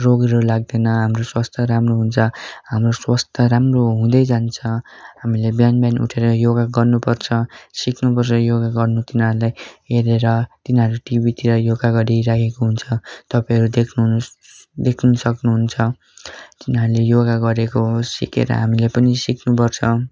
रोगहरू लाग्दैन हाम्रो स्वास्थ्य राम्रो हुन्छ हाम्रो स्वास्थ्य राम्रो हुँदै जान्छ हामीले बिहान बिहान उठेर योगा गर्नुपर्छ सिक्नुपर्छ योगा गर्नु तिनीहरूलाई हेरेर तिनीहरू टिभीतिर योगा गरिरहेको हुन्छ तपाईँहरू देख्नु हुन् देख्नुसक्नुहुन्छ तिनीहरूले योगा गरेको सिकेर हामीले पनि सिक्नुपर्छ